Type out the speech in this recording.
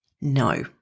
no